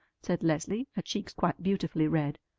said leslie, her cheeks quite beautifully red.